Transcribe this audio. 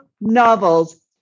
novels